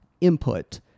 input